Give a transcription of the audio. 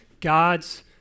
God's